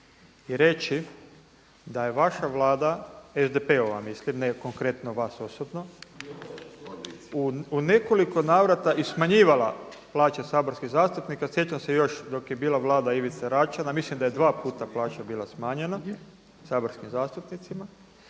i reći da je vaša vlada SDP-ova mislim ne konkretno vas osobno u nekoliko navrata i smanjivala plaće saborskih zastupnika. Sjećam se još dok je bila vlada Ivice Račana mislim da je dva puta plaća bila smanjena saborskim zastupnicima.